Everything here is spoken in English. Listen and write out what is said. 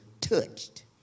touched